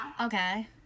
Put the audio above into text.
Okay